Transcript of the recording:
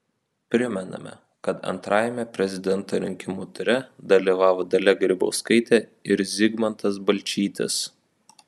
primename kad antrajame prezidento rinkimų ture dalyvavo dalia grybauskaitė ir zygmantas balčytis